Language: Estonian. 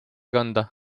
kanda